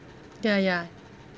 ya ya